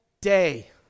day